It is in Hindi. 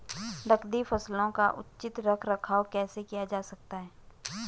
नकदी फसलों का उचित रख रखाव कैसे किया जा सकता है?